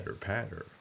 Pattern